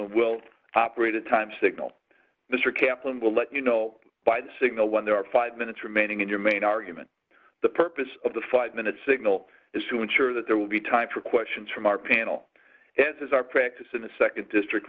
kapleau will operate a time signal mr kaplan will let you know by the signal when there are five minutes remaining in your main argument the purpose of the five minutes signal is to ensure that there will be time for questions from our panel as is our practice in the nd district